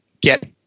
get